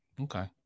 Okay